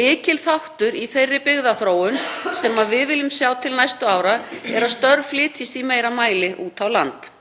Lykilþáttur í þeirri byggðaþróun sem við viljum sjá til næstu ára er að störf flytjist í meira mæli út á land.